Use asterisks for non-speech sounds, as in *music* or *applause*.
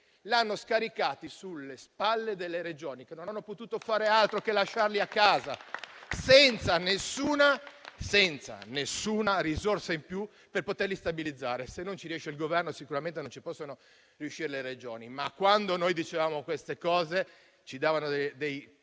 hanno scaricati sulle spalle delle Regioni, *applause* che non hanno potuto fare altro che lasciarli a casa, senza alcuna risorsa in più per poterli stabilizzare. Se non ci riesce il Governo, sicuramente non ci possono riuscire le Regioni. Quando però noi dicevamo queste cose, ci davano dei